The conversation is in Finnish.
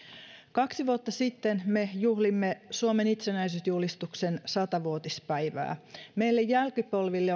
kaksi vuotta sitten me juhlimme suomen itsenäisyysjulistuksen sata vuotispäivää meille jälkipolville